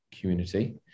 community